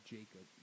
Jacob